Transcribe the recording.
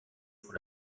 pour